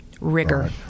rigor